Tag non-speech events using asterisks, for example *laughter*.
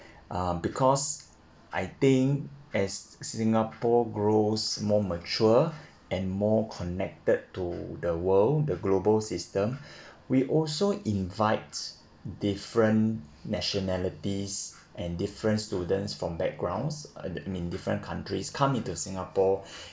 uh because I think as singapore grows more mature and more connected to the world the global system *breath* we also invite different nationalities and different students from backgrounds uh I mean different countries come into singapore *breath*